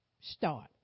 start